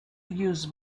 use